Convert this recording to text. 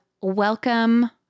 welcome